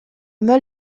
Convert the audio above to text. mal